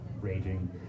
raging